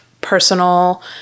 personal